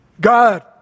God